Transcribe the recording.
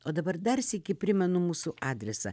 o dabar dar sykį primenu mūsų adresą